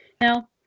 Now